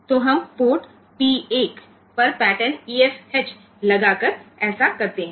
तो हम port P 1 पर पैटर्न EFH लगाकर ऐसा करते हैं